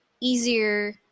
easier